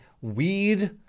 weed